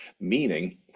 meaning